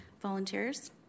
volunteers